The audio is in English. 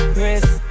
Chris